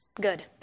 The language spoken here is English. good